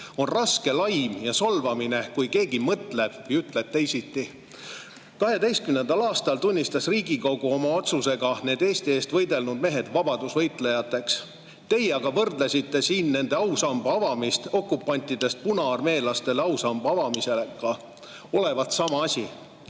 on raske laim ja solvamine, kui keegi mõtleb ja ütleb teisiti.2012. aastal tunnistas Riigikogu oma otsusega need Eesti eest võidelnud mehed vabadusvõitlejateks. Teie aga võrdlesite siin nendele ausamba avamist okupantidest punaarmeelastele ausamba avamisega. Olevat sama asi.